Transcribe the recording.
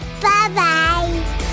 bye-bye